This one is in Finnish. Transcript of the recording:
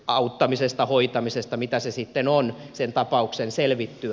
auttamisesta hoitamisesta mitä se sitten on sen tapauksen selvittyä